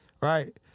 right